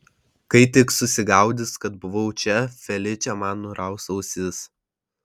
kai tik susigaudys kad buvau čia feličė man nuraus ausis